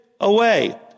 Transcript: away